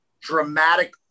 dramatic